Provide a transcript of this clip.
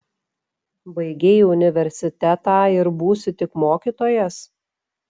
baigei universitetą ir būsi tik mokytojas